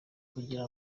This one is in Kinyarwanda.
kugira